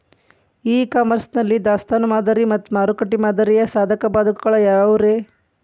E commerce ನಲ್ಲಿ ದಾಸ್ತಾನು ಮಾದರಿ ಮತ್ತ ಮಾರುಕಟ್ಟೆ ಮಾದರಿಯ ಸಾಧಕ ಬಾಧಕಗಳ ಯಾವವುರೇ?